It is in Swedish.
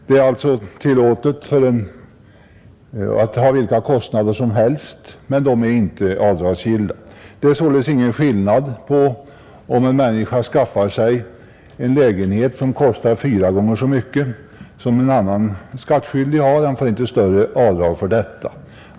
Det är alltså tillåtet att ha vilka kostnader som helst, men de är inte avdragsgilla i deklarationen, Således är det i skattehänseende ingen skillnad om en människa skaffar sig en lägenhet som det kostar fyra gånger så mycket att bo i som en lägenhet för en annan skattskyldig. Han får inte göra några avdrag för det.